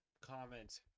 comment